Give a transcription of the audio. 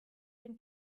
dem